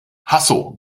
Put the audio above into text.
hasso